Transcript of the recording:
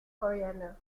coriander